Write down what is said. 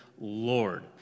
Lord